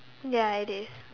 ya it is